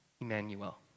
Emmanuel